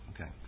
Okay